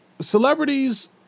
Celebrities